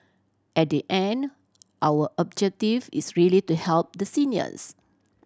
at the end our objective is really to help the seniors